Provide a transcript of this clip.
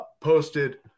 posted